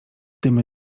dymy